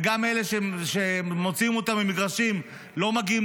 וגם אלה שמוציאים אותם ממגרשים לא מגיעים